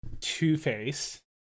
Two-Face